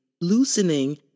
loosening